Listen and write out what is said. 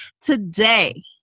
today